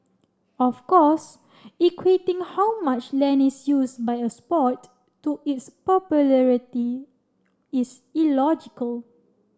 of course equating how much land is use by a sport to its popularity is illogical